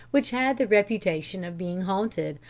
which had the reputation of being haunted,